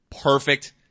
perfect